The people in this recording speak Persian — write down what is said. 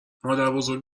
مادربزرگ